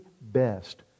best